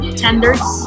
tenders